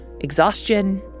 exhaustion